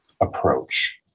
approach